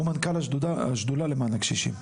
הוא מנכ"ל השדולה למען הקשישים.